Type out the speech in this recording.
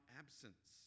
absence